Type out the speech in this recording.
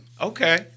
Okay